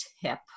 tip